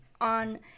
on